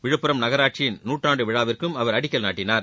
விழுப்புரம் நகராட்சியின் நூற்றாண்டு விழாவிற்கும் அவர் அடிக்கல் நாட்டினார்